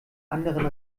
anderen